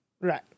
Right